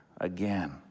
again